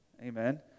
amen